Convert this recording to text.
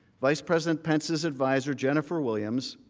vice president pence's advisor jennifer williams